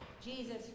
Jesus